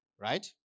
Right